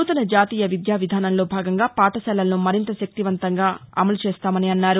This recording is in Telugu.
నూతన జాతీయ విద్యా విధానంలో భాగంగా పాఠశాలలను మరింత శక్తివంతంగా చేస్తామన్నారు